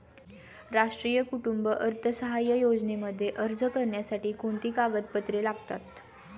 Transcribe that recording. राष्ट्रीय कुटुंब अर्थसहाय्य योजनेमध्ये अर्ज करण्यासाठी कोणती कागदपत्रे लागतात?